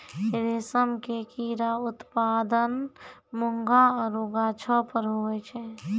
रेशम के कीड़ा उत्पादन मूंगा आरु गाछौ पर हुवै छै